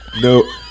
no